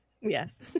Yes